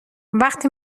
وقتی